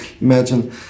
imagine